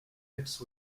mixed